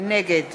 נגד